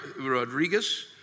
Rodriguez